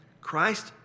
Christ